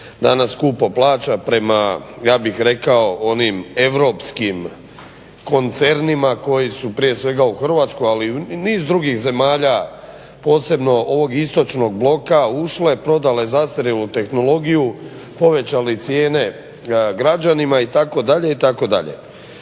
danas skupo plaća prema ja bih rekao onim europskim koncernima koji su prije svega u Hrvatskoj, ali i niz drugih zemalja, posebno ovog istočnog bloka ušle, prodale zastarjelu tehnologiju, povećali cijene građanima itd. itd.